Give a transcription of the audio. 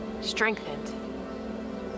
Strengthened